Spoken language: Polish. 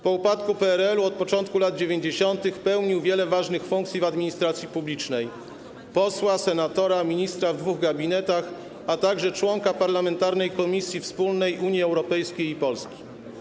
Po upadku PRL od początku lat 90. pełnił wiele ważnych funkcji w administracji publicznej: posła, senatora, ministra w dwóch gabinetach, a także członka parlamentarnej komisji wspólnej Unii Europejskiej i Polski.